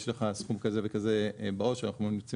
יש לך סכום כזה וכזה בעו"ש ואנחנו ממליצים